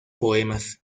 poemas